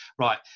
right